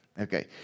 Okay